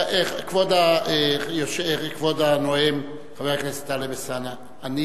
כבוד הנואם, חבר הכנסת טלב אלסאנע, אני